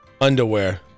Underwear